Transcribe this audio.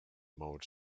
modes